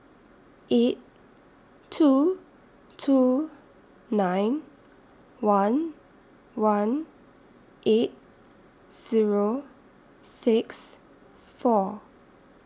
eight two two nine one one eight Zero six four